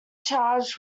charged